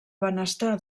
benestar